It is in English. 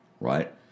right